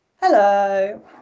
hello